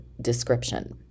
description